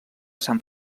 sant